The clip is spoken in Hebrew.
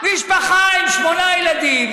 משפחה עם שמונה ילדים,